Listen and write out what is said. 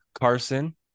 Carson